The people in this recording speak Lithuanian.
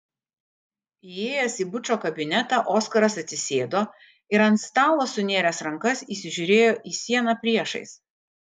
įėjęs į bučo kabinetą oskaras atsisėdo ir ant stalo sunėręs rankas įsižiūrėjo į sieną priešais